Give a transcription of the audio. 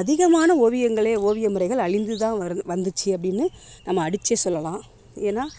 அதிகமான ஓவிங்களே ஓவிய முறைகள் அழிந்து தான் வருந் வந்துச்சு அப்படின்னு நம்ம அடித்தே சொல்லலாம் ஏனால்